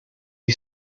you